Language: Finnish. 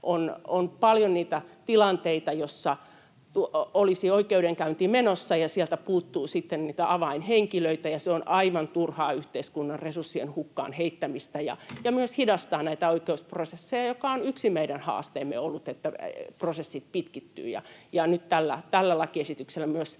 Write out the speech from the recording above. on paljon niitä tilanteita, joissa olisi oikeudenkäynti menossa ja sieltä puuttuu sitten niitä avainhenkilöitä, ja se on aivan turhaa yhteiskunnan resurssien hukkaan heittämistä ja myös hidastaa näitä oikeusprosesseja, mikä on yksi meidän haasteemme ollut, että prosessit pitkittyvät. Nyt tällä lakiesityksellä myös